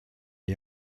est